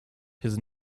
his